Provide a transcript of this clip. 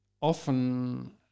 often